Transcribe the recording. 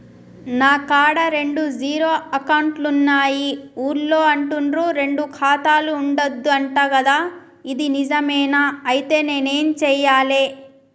నా కాడా రెండు జీరో అకౌంట్లున్నాయి ఊళ్ళో అంటుర్రు రెండు ఖాతాలు ఉండద్దు అంట గదా ఇది నిజమేనా? ఐతే నేనేం చేయాలే?